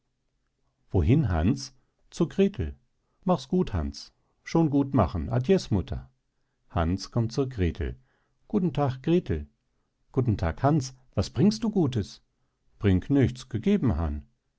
wohin hans zur grethel machs gut hans schon gut machen adies mutter hans kommt zur grethel guten tag grethel guten tag hans was bringst du gutes bring nichts gegeben han